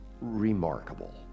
remarkable